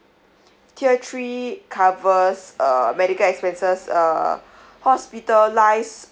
tier three covers uh medical expenses uh hospitalize